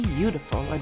Beautiful